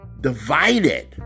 divided